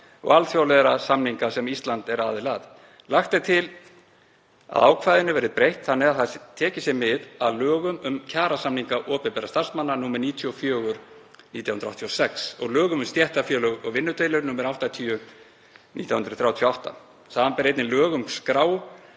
og alþjóðlegra samninga sem Ísland er aðili að. Lagt er til að ákvæðinu verði breytt þannig að tekið sé mið af lögum um kjarasamninga opinberra starfsmanna, nr. 94/1986, og lögum um stéttarfélög og vinnudeilur, nr. 80/1938, samanber einnig lög um skrá